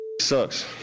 sucks